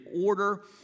order